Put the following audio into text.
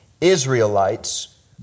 Israelites